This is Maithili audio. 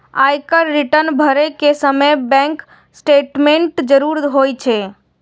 आयकर रिटर्न भरै के समय बैंक स्टेटमेंटक जरूरत होइ छै